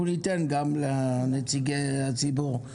ניתן גם לנציגי הציבור.